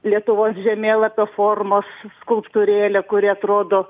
lietuvos žemėlapio formos skulptūrėlę kuri atrodo